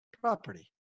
property